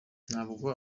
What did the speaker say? ntabwo